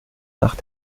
nach